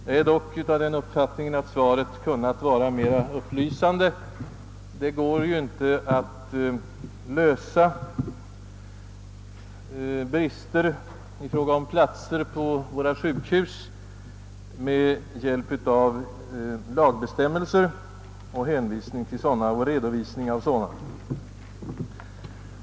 Jag är dock av den uppfattningen att svaret kunnat vara mer upplysande. Det går inte att avhjälpa det här aktualiserade problemet vid våra sjukhus med redovisning av och hänvisning till lagbestämmelser.